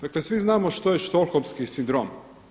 Dakle svi znamo što je stockhlomski sindrom.